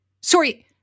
Sorry